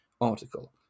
article